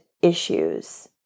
issues